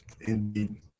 Indeed